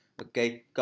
okay